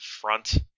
front